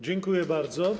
Dziękuję bardzo.